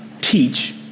teach